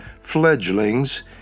fledglings